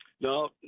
No